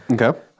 Okay